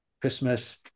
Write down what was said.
Christmas